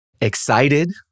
Excited